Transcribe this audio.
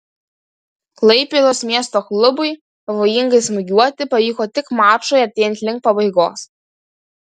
klaipėdos miesto klubui pavojingai smūgiuoti pavyko tik mačui artėjant link pabaigos